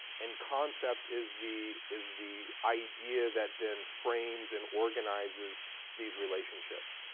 and concept is the is the idea that then frames and organizes these relationships.